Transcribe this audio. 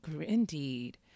Indeed